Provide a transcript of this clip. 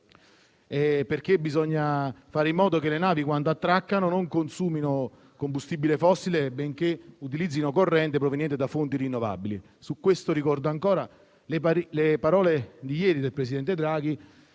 perché bisogna fare in modo che le navi, quando attraccano, non consumino combustibile fossile, ma utilizzino corrente proveniente da fonti rinnovabili. Ricordo ancora le parole di ieri del presidente Draghi,